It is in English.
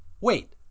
wait